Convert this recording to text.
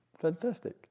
Fantastic